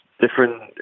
different